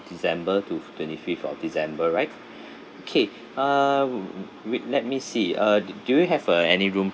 december to f~ twenty fifth of december right okay uh wait let me see uh d~ do you have uh any room